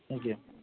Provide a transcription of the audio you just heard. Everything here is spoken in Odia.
ଆଜ୍ଞା